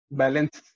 balance